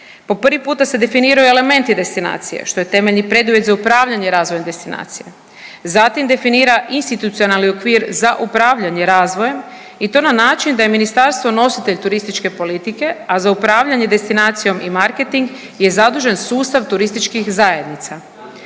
Po prvi puta se definiraju elementi destinacije što je temeljni preduvjet za upravljanje razvojem destinacije. Zatim definira institucionalni okvir za upravljanje razvojem i to na način da je ministarstvo nositelj turističke politike, a za upravljanje destinacijom i marketing je zadužen sustav turističkih zajednica.